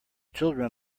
children